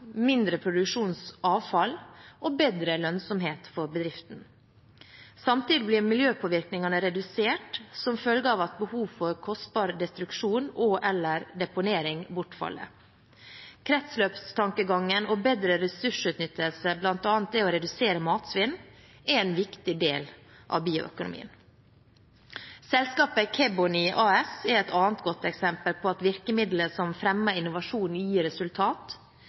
mindre produksjonsavfall og bedre lønnsomhet for bedriften. Samtidig blir miljøpåvirkningene redusert som følge av at behov for kostbar destruksjon og/eller deponering bortfaller. Kretsløpstankegangen og bedre ressursutnyttelse, bl.a. det å redusere matsvinn, er en viktig del av bioøkonomien. Selskapet Kebony AS er et annet godt eksempel på at virkemidler som fremmer innovasjon, gir